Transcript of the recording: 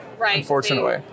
unfortunately